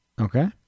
Okay